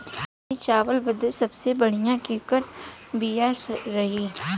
महीन चावल बदे सबसे बढ़िया केकर बिया रही?